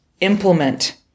implement